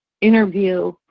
interview